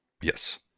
Yes